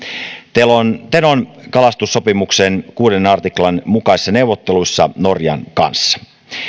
tenon tenon kalastussopimuksen kuudennen artiklan mukaisissa neuvotteluissa norjan kanssa